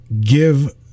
give